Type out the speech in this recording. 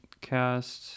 cast